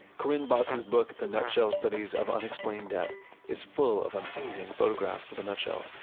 corinne botz's book, the nutshell studies of unexplained death is full of amazing photographs with the nutshells,